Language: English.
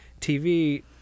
tv